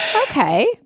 Okay